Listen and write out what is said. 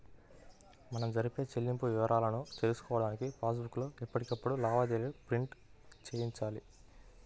మనం జరిపే చెల్లింపుల వివరాలను తెలుసుకోడానికి పాస్ బుక్ లో ఎప్పటికప్పుడు లావాదేవీలను ప్రింట్ చేయించాలి